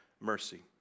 mercy